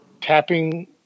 tapping